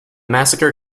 massacre